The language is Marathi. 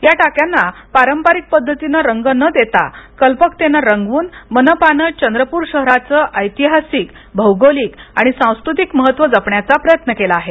या टाक्यांना पारंपरिक पद्धतीने रंग न देता कल्पकतेने रंगवून मनपाने चंद्रपूर शहराचे ऐतिहासिक भौगोलिक आणि सांस्कृतिक महत्व जपण्याचा प्रयत्न केला आहे